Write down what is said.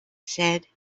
said